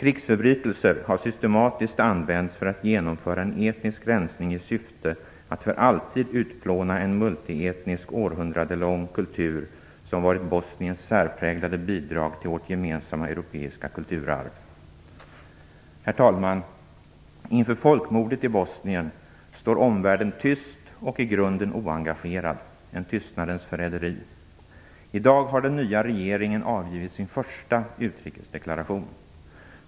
Man har systematiskt använt krigsförbrytelser för att genomföra en etnisk rensning i syfte att för alltid utplåna en multietnisk månghundraårig kultur som har varit Bosniens särpräglade bidrag till vårt gemensamma europeiska kulturarv. Herr talman! Inför folkmordet i Bosnien står omvärlden tyst och i grunden oengagerad. Det är ett tystnadens förräderi. I dag har den nya regeringen avgivit sin första utrikesdeklaration.